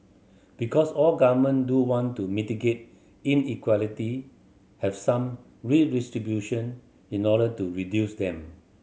because all government do want to mitigate inequality have some redistribution in order to reduce them